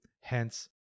hence